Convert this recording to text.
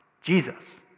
Jesus